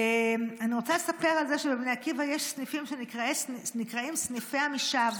אני רוצה לספר על זה שבבני עקיבא יש סניפים שנקראים סניפי עמישב.